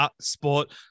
sport